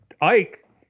Ike